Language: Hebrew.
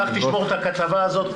קח, תשמור את הכתבה הזאת.